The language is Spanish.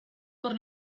por